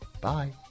Bye